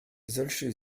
solche